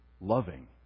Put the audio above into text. loving